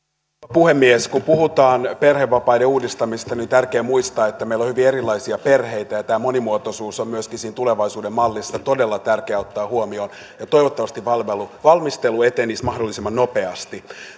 puhemies kun puhutaan perhevapaiden uudistamisesta niin on tärkeää muistaa että meillä on hyvin erilaisia perheitä tämä monimuotoisuus on myöskin siinä tulevaisuuden mallissa todella tärkeää ottaa huomioon ja toivottavasti valmistelu valmistelu etenisi mahdollisimman nopeasti